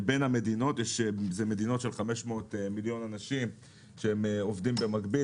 אלה מדינות עם 500 מיליון אנשים שעובדים במקביל.